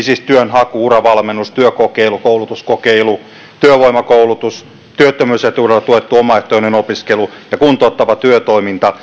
siis työnhaku uravalmennus työkokeilu koulutuskokeilu työvoimakoulutus työttömyys etuudella tuettu omaehtoinen opiskelu ja kuntouttava työtoiminta